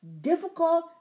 difficult